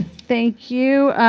thank you,